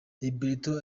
roberto